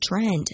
trend